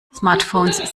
smartphones